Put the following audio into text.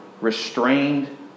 restrained